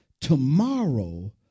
Tomorrow